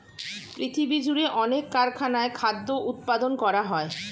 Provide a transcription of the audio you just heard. পৃথিবীজুড়ে অনেক কারখানায় খাদ্য উৎপাদন করা হয়